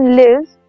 lives